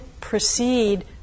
proceed